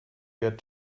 got